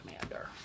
commander